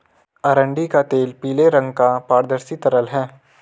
अरंडी का तेल पीले रंग का पारदर्शी तरल है